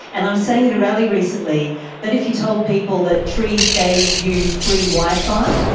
and i was saying at a rally recently that if you told people that trees gave you free wifi,